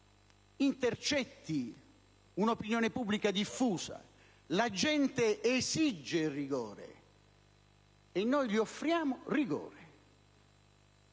intercetti un'opinione pubblica diffusa. La gente esige il rigore, e noi le offriamo rigore